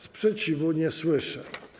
Sprzeciwu nie słyszę.